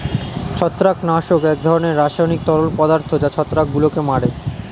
ছত্রাকনাশক এক ধরনের রাসায়নিক তরল পদার্থ যা ছত্রাকগুলোকে মারে